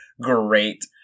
great